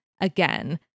again